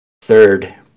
Third